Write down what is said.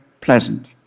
pleasant